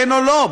כן או לא.